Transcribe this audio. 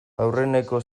aurreneko